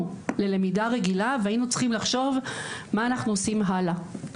ללמידה רגילה והיינו צריכים לחשוב מה אנחנו עושים הלאה.